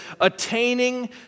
attaining